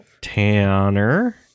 tanner